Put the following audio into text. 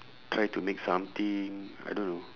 try to make something I don't know